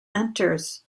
enters